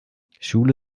schule